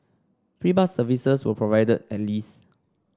free bus services were provided at least